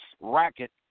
racket